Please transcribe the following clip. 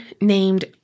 named